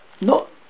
Not